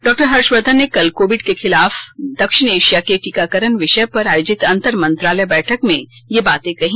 डॉ हर्षवर्धन ने कल कोविड के खिलाफ दक्षिण एशिया के टीकाकरण विषय पर आयोजित अंतर मंत्रालय बैठक में ये बातें कहीं